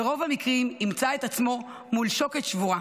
ברוב המקרים ימצא את עצמו מול שוקת שבורה.